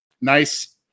nice